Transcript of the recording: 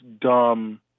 dumb